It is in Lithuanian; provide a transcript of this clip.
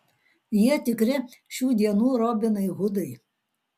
jie tikri šių dienų robinai hudai